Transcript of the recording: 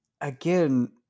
again